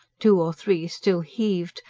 two or three still heaved,